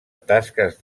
tasques